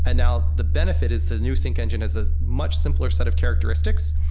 and now the benefit is the new sync engine has this much simpler set of characteristics.